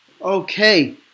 Okay